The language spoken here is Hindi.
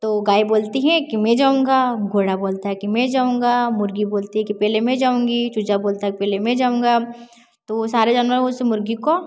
तो गाय बोलती है कि मैं जाऊँगा घोड़ा बोलता है कि मैं जाऊँगा मुर्गी बोलती है कि पहले मैं जाऊँगी चूज़ा बोलता है कि पहले मैं जाऊँगा तो वो सारे जानवर उस मुर्गी को